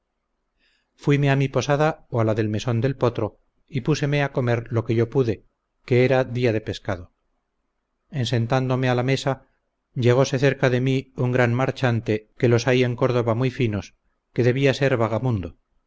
fuime a mi posada o a la del mesón del potro y púseme a comer lo que yo pude que era día de pescado en sentándome a la mesa llegose cerca de mí un gran marchante que los hay en córdoba muy finos que debía ser vagamundo